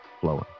flowing